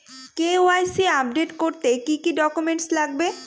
KYC update করতে কি কি ডকুমেন্টস লাগবে?